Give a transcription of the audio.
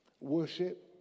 worship